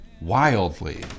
wildly